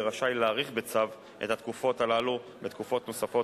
יהיה רשאי להאריך בצו את התקופות האלה בתקופות נוספות,